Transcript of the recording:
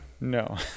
No